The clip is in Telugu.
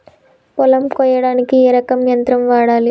పొలం కొయ్యడానికి ఏ రకం యంత్రం వాడాలి?